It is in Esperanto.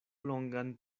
longan